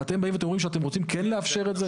ואתם באים ואומרים שאתם רוצים כן לאפשר את זה.